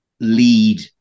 lead